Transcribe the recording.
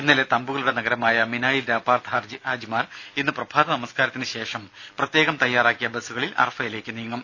ഇന്നലെ തമ്പുകളുടെ നഗരമായ മിനായിൽ രാപ്പാർത്ത ഹാജിമാർ ഇന്ന് പ്രഭാത നമസ്കാരത്തിന് ശേഷം പ്രത്യേകം തയ്യാറാക്കിയ ബസുകളിൽ അറഫയിലേക്ക് നീങ്ങും